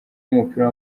w’umupira